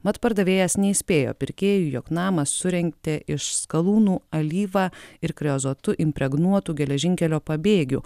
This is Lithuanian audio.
mat pardavėjas neįspėjo pirkėjų jog namą surentė iš skalūnų alyva ir kreozotu impregnuotų geležinkelio pabėgių